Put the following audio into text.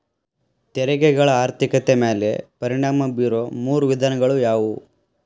ತೆರಿಗೆಗಳ ಆರ್ಥಿಕತೆ ಮ್ಯಾಲೆ ಪರಿಣಾಮ ಬೇರೊ ಮೂರ ವಿಧಾನಗಳ ಯಾವು